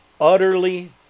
Utterly